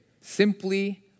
simply